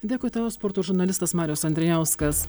dėkui tau sporto žurnalistas marius andrijauskas